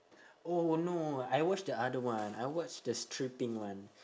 oh no I watch the other one I watch the stripping one